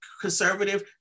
conservative